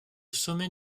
sommet